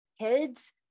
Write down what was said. kids